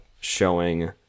showing